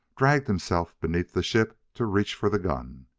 dragged himself beneath the ship to reach for the gun.